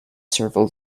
several